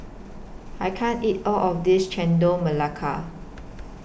I can't eat All of This Chendol Melaka